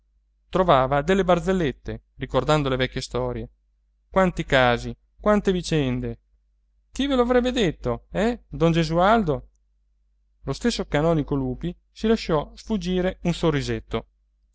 trovava delle barzellette ricordando le vecchie storie quanti casi quante vicende chi ve lo avrebbe detto eh don gesualdo lo stesso canonico lupi si lasciò sfuggire un sorrisetto